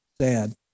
sad